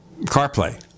CarPlay